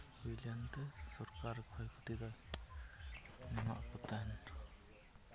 ᱵᱤᱞᱚᱢᱛᱮ ᱥᱚᱨᱠᱟᱨ ᱠᱷᱚᱭᱼᱠᱷᱚᱛᱤᱫᱚᱭ ᱮᱢᱟᱫᱠᱚ ᱛᱮᱦᱮᱱ